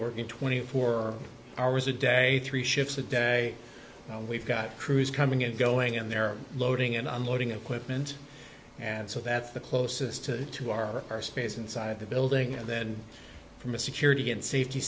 working twenty four hours a day three shifts a day we've got crews coming and going and they're loading and unloading equipment and so that's the closest to our our space inside the building and then from a security and safety